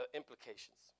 implications